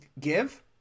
give